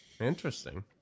interesting